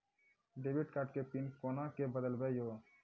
Debit card के pin कोना के बदलबै यो?